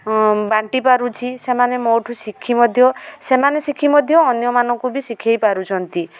ହଁ ବାଣ୍ଟି ପାରୁଛି ସେମାନେ ମୋଠୁ ଶିଖି ମଧ୍ୟ ସେମାନେ ଶିଖି ମଧ୍ୟ ତ ଅନ୍ୟମାନଙ୍କୁ ବି ଶିଖାଇ ପାରୁଛନ୍ତି